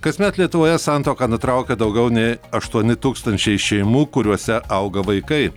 kasmet lietuvoje santuoką nutraukia daugiau nei aštuoni tūkstančiai šeimų kuriose auga vaikai